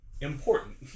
Important